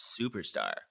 Superstar